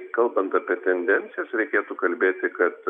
kalbant apie tendencijas reikėtų kalbėti kad